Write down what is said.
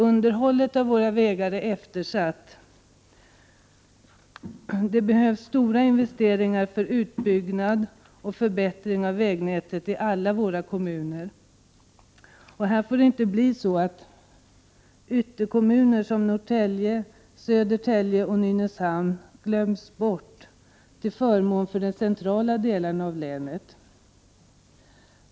Underhållet av våra vägar är eftersatt. Det behövs stora investeringar för utbyggnad och förbättring av vägnätet i alla våra kommuner. Det får inte bli så, att ytterkommuner som Norrtälje, Södertälje och Nynäshamn glöms bort till förmån för de centrala delarna av länet.